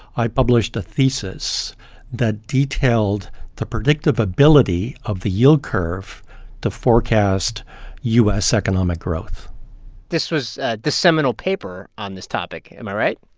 i published a thesis that detailed the predictive ability of the yield curve to forecast u s. economic growth this was the seminal paper on this topic, am i right?